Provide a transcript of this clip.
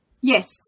Yes